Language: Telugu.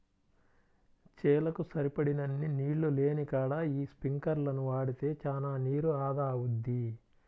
చేలకు సరిపడినన్ని నీళ్ళు లేనికాడ యీ స్పింకర్లను వాడితే చానా నీరు ఆదా అవుద్ది